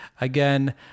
Again